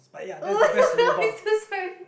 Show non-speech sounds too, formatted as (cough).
oh (laughs) i'm so sorry